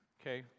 okay